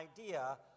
idea